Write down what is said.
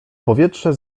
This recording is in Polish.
powietrze